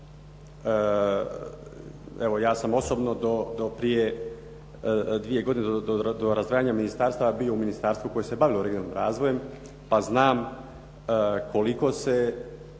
Evo, ja sam osobno do prije dvije godine do razdvajanja ministarstava bio u ministarstvu koje se bavilo regionalnim razvojem pa znam koliko se